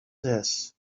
this